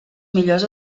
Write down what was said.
millors